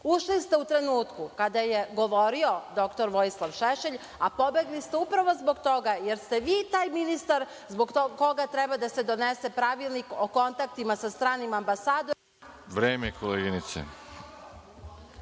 Ušli ste u trenutku kada je govorio dr Vojislav Šešelj, a pobegli ste upravo zbog toga jer ste vi taj ministar zbog koga treba da se donese pravilnik o kontaktima sa stranim ambasadama… **Veroljub